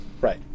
right